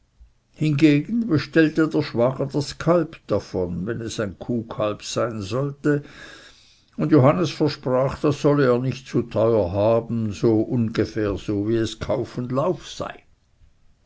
hingegen bestellte der schwager das kalb davon wenn es ein kuhkalb sein sollte und johannes versprach das sollte er nicht zu teuer haben sondern ungefähr so wie es kauf und lauf sei